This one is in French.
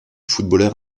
footballeur